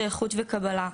שייכות וקבלה.